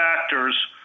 factors